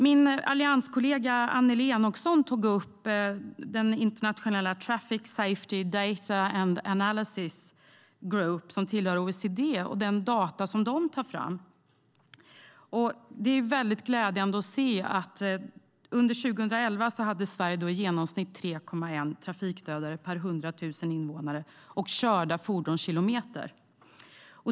Min allianskollega Annelie Enochson tog upp International Traffic Safety Data and Analysis Group, som tillhör OECD, och de data som den tar fram. Det är väldigt glädjande att se att under 2011 hade Sverige i genomsnitt 3,3 trafikdödade per 100 000 invånare och körda fordonskilometer.